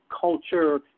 culture